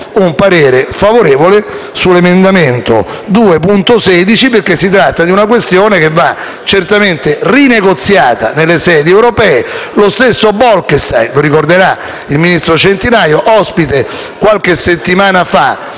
un parere favorevole sull'emendamento 2.16 perché si tratta di una questione che va certamente rinegoziata nelle sedi europee. Lo stesso Bolkestein - lo ricorderà il ministro Centinaio - ospite qualche settimana fa